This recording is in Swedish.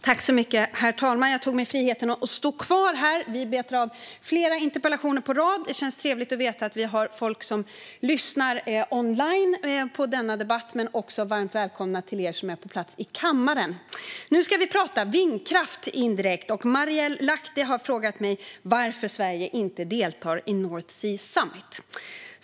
Herr talman! Jag tog mig friheten att stå kvar här i talarstolen. Vi betar av flera interpellationer på rad. Det känns trevligt att veta att folk lyssnar online på denna debatt, men jag vill också säga att ni som är på plats i kammaren och på läktaren är varmt välkomna. Nu ska vi prata om vindkraft. Marielle Lahti har frågat mig varför Sverige inte deltar i North Sea Summit.